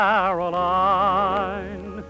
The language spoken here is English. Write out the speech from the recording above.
Caroline